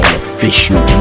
official